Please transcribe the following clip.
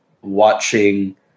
watching